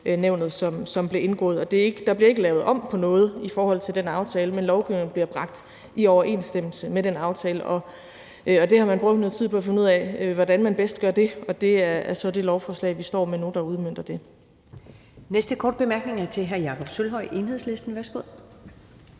som blev indgået. Der bliver ikke lavet om på noget i forhold til den aftale, men lovgivningen bliver bragt i overensstemmelse med den aftale. Det har man brugt noget tid på at finde ud af hvordan man bedst gør, og det er så det lovforslag, vi står med nu, der udmønter det. Kl. 15:22 Første næstformand (Karen Ellemann): Næste korte bemærkning er til hr. Jakob Sølvhøj, Enhedslisten. Værsgo.